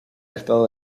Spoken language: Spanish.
estado